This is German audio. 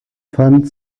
pfand